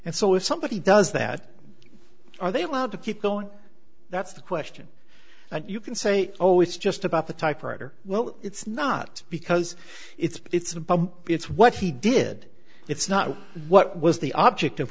and so if somebody does that are they allowed to keep going that's the question and you can say always just about the typewriter well it's not because it's a bum it's what he did it's not what was the object of